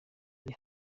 ari